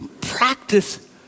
Practice